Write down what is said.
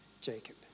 Jacob